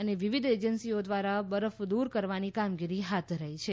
અને વિવિધ એજન્સીઓ દ્વારા બરફ દૂર કરવાની કામગીરી હાથ ધરાઈ છે